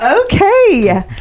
Okay